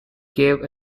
gave